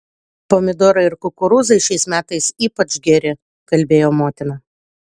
pomidorai ir kukurūzai šiais metais ypač geri kalbėjo motina